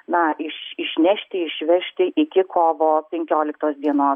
na iš išnešti išvežti iki kovo penkioliktos dienos